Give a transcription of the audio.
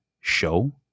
show